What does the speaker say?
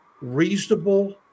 reasonable